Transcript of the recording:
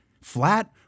flat